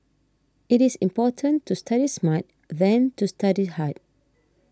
it is more important to study smart than to study hard